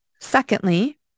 secondly